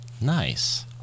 Nice